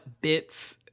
bits